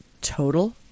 total